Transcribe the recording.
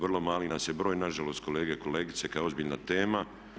Vrlo mali nas je broj, na žalost kolege i kolegice kad je ozbiljna tema.